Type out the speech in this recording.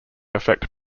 affect